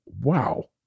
Wow